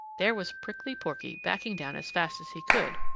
there was prickly porky backing down as fast as he could,